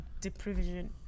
deprivation